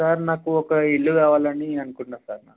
sir నాకు ఒక ఇల్లు కావాలని అనుకుంటున్నాను సార్